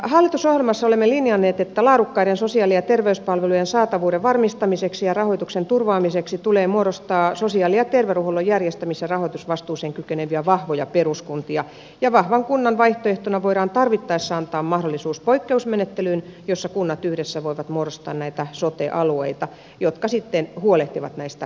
hallitusohjelmassa olemme linjanneet että laadukkaiden sosiaali ja terveyspalvelujen saatavuuden varmistamiseksi ja rahoituksen turvaamiseksi tulee muodostaa sosiaali ja terveydenhuollon järjestämis ja rahoitusvastuuseen kykeneviä vahvoja peruskuntia ja vahvan kunnan vaihtoehtona voidaan tarvittaessa antaa mahdollisuus poikkeusmenettelyyn jossa kunnat yhdessä voivat muodostaa näitä sote alueita jotka sitten huolehtivat näistä palveluista